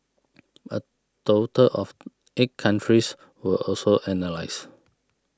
a total of eight countries were also analysed